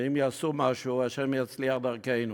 ואם יעשו משהו, ה' יצליח דרכנו.